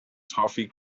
toffee